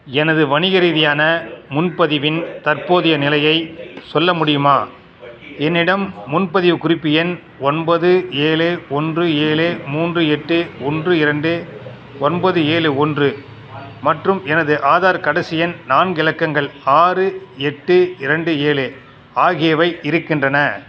எனது வணிக ரீதியான முன்பதிவின் தற்போதைய நிலையைச் சொல்ல முடியுமா என்னிடம் முன்பதிவு குறிப்பு எண் ஒன்பது ஏழு ஒன்று ஏழு மூன்று எட்டு ஒன்று இரண்டு ஒன்பது ஏழு ஒன்று மற்றும் எனது ஆதார் கடைசி எண் நான்கு இலக்கங்கள் ஆறு எட்டு இரண்டு ஏழு ஆகியவை இருக்கின்றன